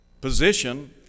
position